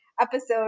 episode